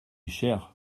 cher